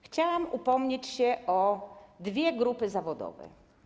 Chciałam upomnieć się o dwie grupy zawodowe.